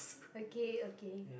okay okay